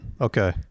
Okay